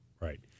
Right